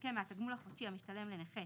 ינכה מהתגמול החודשי המשתלם לנכה